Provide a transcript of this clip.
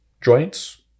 joints